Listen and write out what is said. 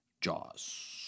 Jaws